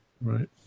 Right